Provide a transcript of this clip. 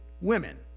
women